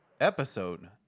episode